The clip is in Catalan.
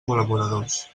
col·laboradors